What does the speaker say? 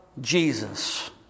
Jesus